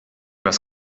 was